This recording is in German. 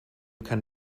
kann